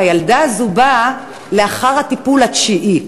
והילדה הזו באה לאחר הטיפול התשיעי.